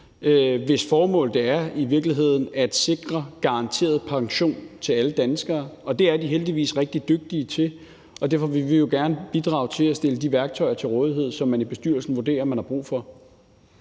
hvis formål det i virkeligheden er at sikre garanteret pension til alle danskere. Det er de heldigvis rigtig dygtige til, og derfor vil vi jo gerne bidrage med at stille de værktøjer til rådighed, som man i bestyrelsen vurderer man har brug for.